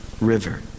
River